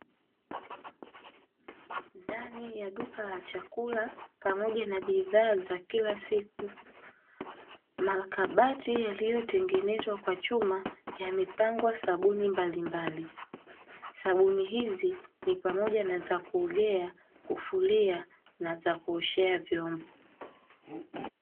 Ndani ya duka la chakula pamoja na bidhaa za kila siku, makabati yaliyotengenezwa kwa chuma yamepangwa sabuni mbalimbali. Sabuni hizi ni pamoja na za kuogea, kufulia na za kuoshea vyombo.